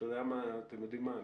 ואתם יודעים מה,